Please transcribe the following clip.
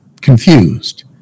confused